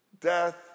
death